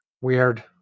Weird